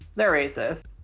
they're racist.